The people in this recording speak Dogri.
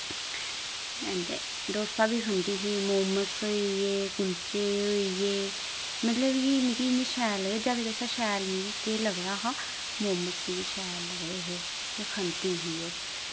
ते डोसा बी खंदी ही मोमो होई गे कुलचे होई गे मतलब कि मिकी इ'यां शैल लगदे जैदा कशा शैल मिकी केह् लगदा हा मोमो मिगी शैल लगदे हे में खंदी ही ओह्